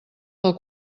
del